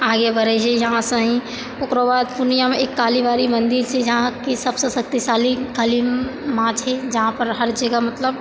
आगे बढ़ै छै यहाँसँ ही ओकरो बाद पूर्णियामे एक कालीबाड़ी मन्दिर छै जहाँ कि सबसंँ शक्तिशाली काली माँ छै जहाँपर हर जगह मतलब